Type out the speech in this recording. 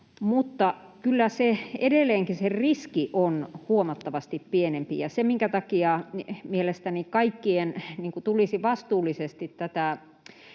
mutta kyllä se riski edelleenkin on huomattavasti pienempi. Ja se, minkä takia mielestäni kaikkien tulisi vastuullisesti tätä